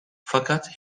fakat